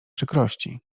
przykrości